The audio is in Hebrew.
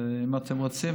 ואם אתם רוצים,